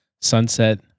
sunset